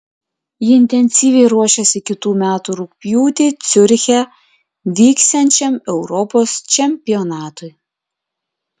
ji intensyviai ruošiasi kitų metų rugpjūtį ciuriche vyksiančiam europos čempionatui